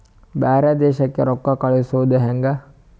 ಬ್ಯಾರೆ ದೇಶಕ್ಕೆ ರೊಕ್ಕ ಕಳಿಸುವುದು ಹ್ಯಾಂಗ?